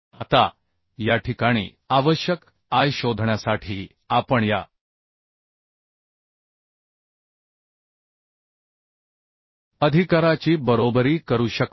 आता या ठिकाणी आवश्यक I शोधण्यासाठी आपण या अधिकाराची बरोबरी करू शकतो